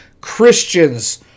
Christians